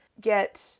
get